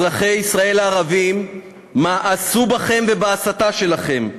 אזרחי ישראל הערבים מאסו בכם ובהסתה שלכם.